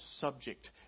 subject